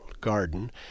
garden